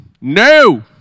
no